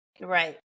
Right